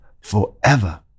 forever